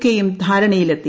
കെയും ധാരണയിലെത്തി